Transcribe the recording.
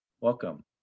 Welcome